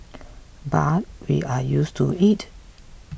but we are used to it